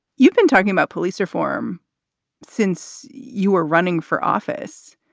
you've been talking about police reform since you were running for office.